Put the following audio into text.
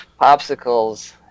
popsicles